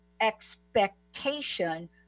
expectation